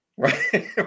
Right